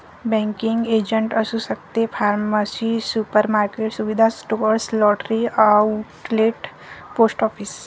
banking agent असू शकते pharmacy supermarket सुविधा store lottery outlet post office